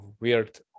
weird